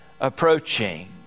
approaching